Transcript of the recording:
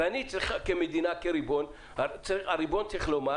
ואני כמדינה, הריבון צריך לומר: